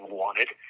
wanted